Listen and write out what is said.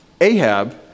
Ahab